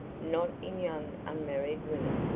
not in young unmarried women.